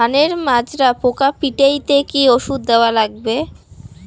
ধানের মাজরা পোকা পিটাইতে কি ওষুধ দেওয়া লাগবে?